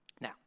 Now